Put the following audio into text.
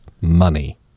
money